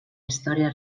història